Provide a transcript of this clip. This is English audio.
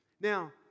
Now